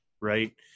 right